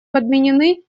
подменены